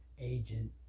agent